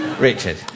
Richard